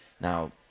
Now